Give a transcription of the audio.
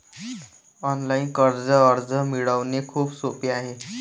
online कर्ज अर्ज मिळवणे खूप सोपे आहे